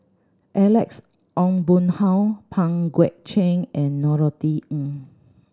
Alex Ong Boon Hau Pang Guek Cheng and Norothy Ng